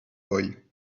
boy